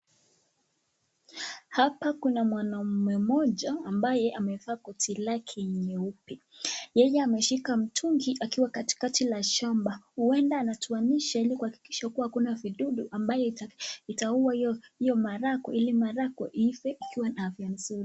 Hapa kuna mwanaume mmoja ambaye amevaa koti lake nyeupe. Yeye ameshika mtungi akiwa katikati la shamba. Huenda anatoanisha ili kuhakikisha kuwa hakuna vidudu ambayo itaua hiyo maharagwe ili maharagwe iive ikiwa na afya nzuri.